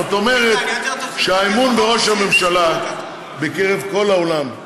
זאת אומרת שהאמון בראש הממשלה בקרב כל העולם,